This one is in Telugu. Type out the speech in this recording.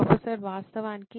ప్రొఫెసర్ వాస్తవానికి